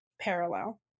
parallel